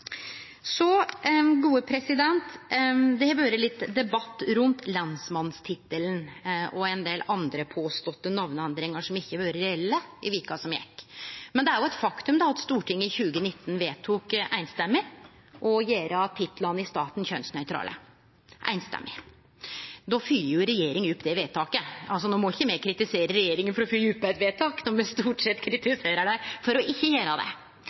Det har vore litt debatt rundt lensmannstittelen og ein del andre påståtte namneendringar som ikkje har vore reelle, i veka som gjekk. Men det er eit faktum at Stortinget i 2019 samrøystes vedtok å gjere titlane i staten kjønnsnøytrale. Då følgjer jo regjeringa opp det vedtaket. No må me ikkje kritisere regjeringa for å følgje opp eit vedtak når me stort sett kritiserer dei for ikkje å gjere det. Det